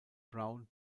brown